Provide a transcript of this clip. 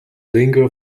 lingua